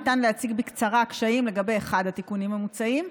ניתן להציג בקצרה קשיים לגבי אחד התיקונים המוצעים,